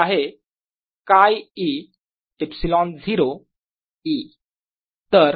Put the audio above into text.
P आहे 𝛘e ε0 E